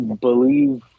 believe